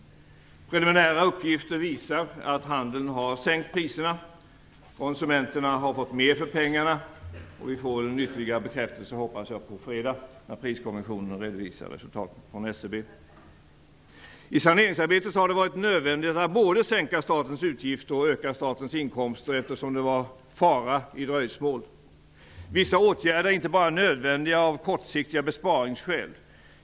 Preliminära uppgifter visar att handeln har sänkt priserna. Konsumenterna har fått mer för pengarna. Och jag hoppas att vi får en ytterligare bekräftelse på fredag, när Priskommissionen skall redovisa resultatet från SCB. I saneringsarbetet har det varit nödvändigt att både sänka statens utgifter och öka statens inkomster, eftersom det förelåg fara i dröjsmål. Vissa åtgärder är inte bara nödvändiga av kortsiktiga besparingsskäl.